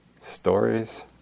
stories